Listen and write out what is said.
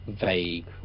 vague